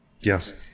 yes